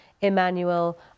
Emmanuel